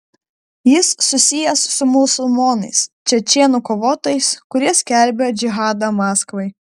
jis susijęs su musulmonais čečėnų kovotojais kurie skelbia džihadą maskvai